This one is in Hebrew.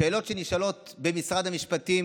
שאלות שנשאלות במשרד המשפטים,